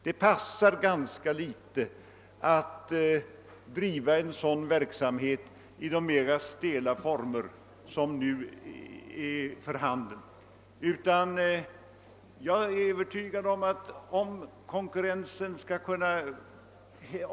Det passar ganska illa att driva en sådan verksamhet i de mera stela former som nu måste användas.